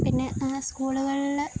പിന്നെ സ്കൂളുകൾ